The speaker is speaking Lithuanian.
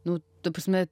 nu ta prasme